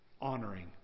honoring